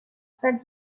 said